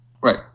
Right